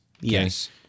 yes